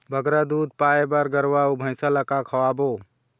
बगरा दूध पाए बर गरवा अऊ भैंसा ला का खवाबो?